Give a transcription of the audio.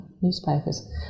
newspapers